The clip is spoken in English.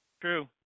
True